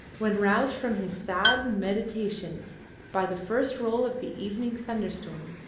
when, roused from his sad meditations by the first roll of the evening thunderstorm,